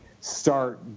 start